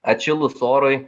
atšilus orui